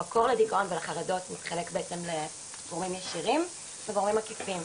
המקור לדיכאון ולחרדות מתחלק בעצם לגורמים ישירים וגורמים עקיפים.